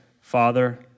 Father